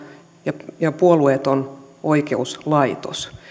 ja ja puolueeton oikeuslaitos